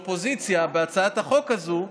שהאופוזיציה, בהצעת החוק הזו,